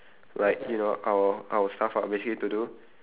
like you know our our stuff ah basically need to do